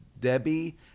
Debbie